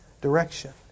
Direction